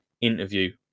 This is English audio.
interview